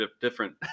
Different